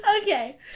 Okay